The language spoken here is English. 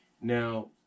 Now